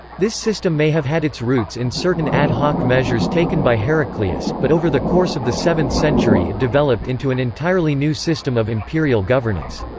this system may have had its roots in certain ad hoc measures taken by heraclius, but over the course of the seventh century it developed into an entirely new system of imperial governance.